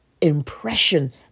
impression